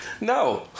no